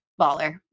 baller